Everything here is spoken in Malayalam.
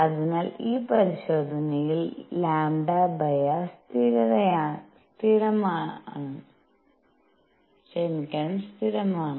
അതിനാൽ ഈ പരിശോധനയിൽ λrസ്ഥിരമാണ്